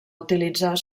utilitzar